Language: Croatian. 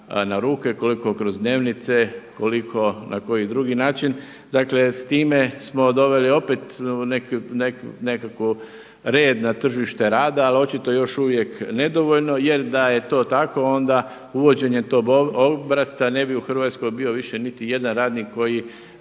na ruke, koliko kroz dnevnice, koliko na koji drugi način. Dakle sa time smo doveli opet nekakav red na tržište rada ali očito još uvijek nedovoljno, jer da je to tako, onda uvođenje tog obrasca ne bi u Hrvatskoj bio više niti jedan radnik koji